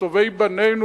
"טובי בנינו",